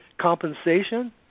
compensation